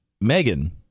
Megan